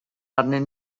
arnyn